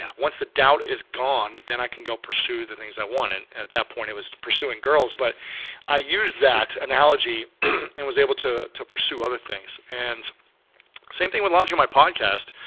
yeah once the doubt is gone, then i can go pursue the things i wanted and at that point it was pursuing girls, but i used that analogy and was able to to pursue other things. and same thing with launching my podcast.